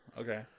Okay